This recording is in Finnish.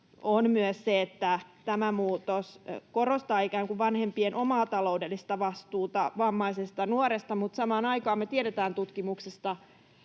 on myös se, että tämä muutos korostaa ikään kuin vanhempien omaa taloudellista vastuuta vammaisesta nuoresta, mutta kun samaan aikaan me tiedetään tutkimuksista,